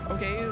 Okay